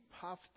puffed